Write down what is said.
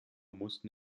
mussten